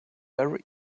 very